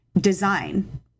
design